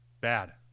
bad